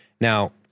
Now